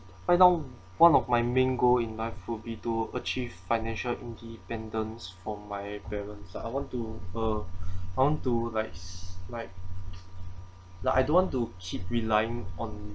right now one of my main goal in life would be to achieve financial independence from my parents ah I want to uh I want to like like like I don't want to keep relying on